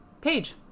page